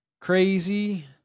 crazy